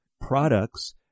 products